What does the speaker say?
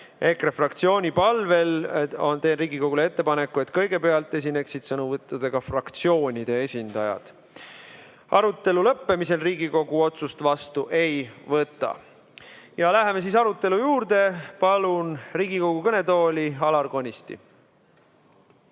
EKRE fraktsiooni palvel teen Riigikogule ettepaneku, et kõigepealt esineksid sõnavõtudega fraktsioonide esindajad. Arutelu lõppemisel Riigikogu otsust vastu ei võta. Läheme arutelu juurde. Palun Riigikogu kõnetooli Alar Konisti.